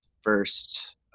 first